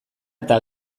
eta